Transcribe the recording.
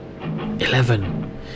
Eleven